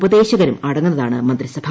ഉപദേശകരുമടങ്ങുന്നതാണ് മന്ത്രിസഭ